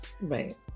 Right